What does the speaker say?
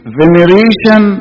veneration